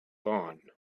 gone